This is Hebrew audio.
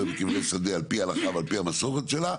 בקברי שדה על פי ההלכה ועל פי המסורת שלה,